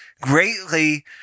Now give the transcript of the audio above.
greatly